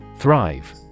Thrive